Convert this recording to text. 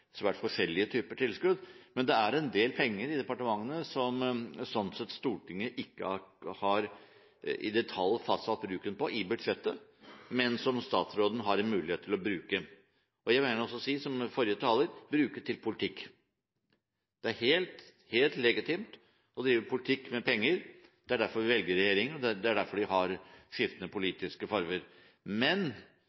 typer tilskudd. Det er en del penger i departementene som Stortinget under budsjettbehandlingen ikke i detalj har fastsatt bruken for, men som statsråden har mulighet til å bruke – vil jeg si, som forrige taler – til politikk. Det er helt legitimt å drive politikk med penger. Det er derfor vi velger regjeringer, og det er derfor de har skiftende politiske farger. Det som er nødvendig å understreke, er at tildelingen må skje i tråd med de